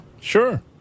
sure